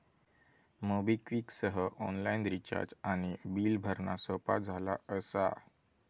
MobiKwik सह online recharge आणि bill भरणा सोपा झाला असा